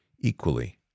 equally